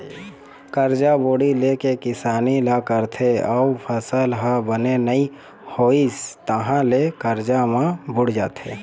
करजा बोड़ी ले के किसानी ल करथे अउ फसल ह बने नइ होइस तहाँ ले करजा म बूड़ जाथे